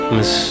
Miss